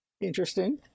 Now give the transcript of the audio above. Interesting